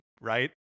right